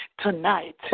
tonight